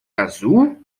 azul